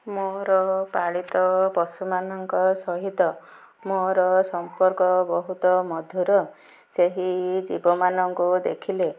ମୋର ପାଳିତ ପଶୁମାନଙ୍କ ସହିତ ମୋର ସମ୍ପର୍କ ବହୁତ ମଧୁର ସେହି ଜୀବମାନଙ୍କୁ ଦେଖିଲେ